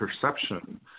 perception